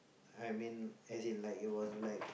I mean as in like it was like